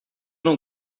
não